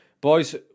Boys